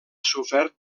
sofert